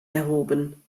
erhoben